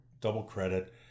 double-credit